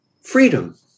freedom